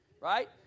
right